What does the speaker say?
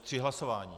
Tři hlasování.